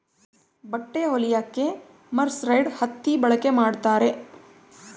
ಬಟ್ಟೆ ಹೊಲಿಯಕ್ಕೆ ಮರ್ಸರೈಸ್ಡ್ ಹತ್ತಿ ಬಳಕೆ ಮಾಡುತ್ತಾರೆ